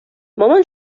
مامان